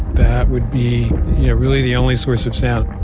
that would be really the only source of sound